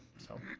so,